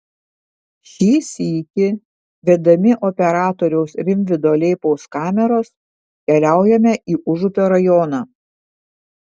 šį sykį vedami operatoriaus rimvydo leipaus kameros keliaujame į užupio rajoną